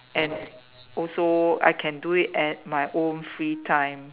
and also I can do it at my own free time